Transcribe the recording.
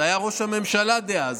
זה היה ראש הממשלה דאז,